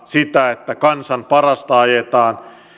sitä että kansan parasta ajetaan että